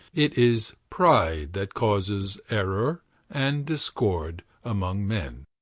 it is pride that causes error and discord among men.